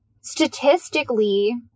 Statistically